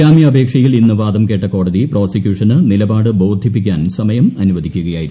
ജാമ്യാപേക്ഷയിൽ ഇന്ന് വാദം കേട്ട കോടതി പ്രോസിക്യൂഷന് നിലപാട് ബോധിപ്പിക്കാൻ സമയം അനുവദിക്കുകയായിരുന്നു